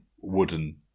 wooden